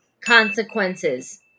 Consequences